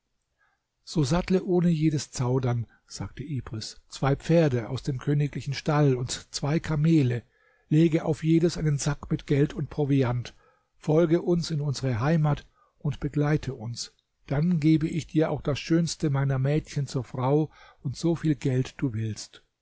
so sattle ohne zaudern sagte ibris zwei pferde aus dem königlichen stall und zwei kamele lege auf jedes einen sack mit geld und proviant folge uns in unsere heimat und begleite uns dann gebe ich dir auch das schönste meiner mädchen zur frau und so viel geld du willst